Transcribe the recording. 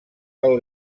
del